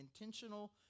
intentional